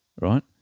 right